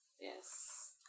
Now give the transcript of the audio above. Yes